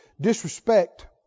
Disrespect